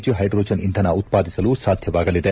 G hydrogen ಇಂಧನ ಉತ್ಪಾದಿಸಲು ಸಾಧ್ಯವಾಗಲಿದೆ